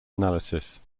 analysis